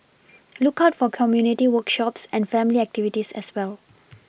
look out for community workshops and family activities as well